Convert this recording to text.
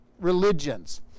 religions